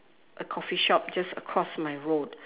a coffee shop just across my road